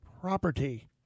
property